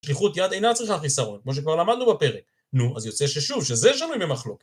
שליחות יד אינה צריכה חיסרון, כמו שכבר למדנו בפרק, נו, אז יוצא ששוב, שזה שנוי במחלוקת